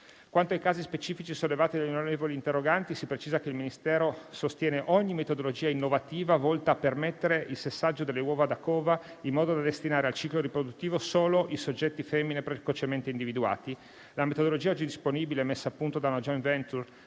Quanto ai casi specifici sollevati dagli onorevoli interroganti, si precisa che il Ministero sostiene ogni metodologia innovativa volta a permettere il sessaggio delle uova da cova in modo da destinare al ciclo riproduttivo solo i soggetti femmine precocemente individuati. La metodologia oggi disponibile messa a punto da una *joint venture*